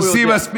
הוא יודע.